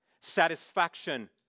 satisfaction